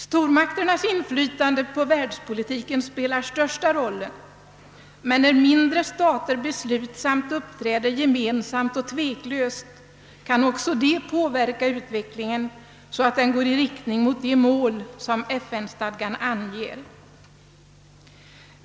Stormakternas inflytande på världspolitiken spelar största rollen. Men när mindre stater beslutsamt uppträder gemensamt och tveklöst kan också de påverka utvecklingen, så att den går i riktning mot de mål som FN-stadgan anger.